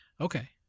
Okay